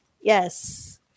yes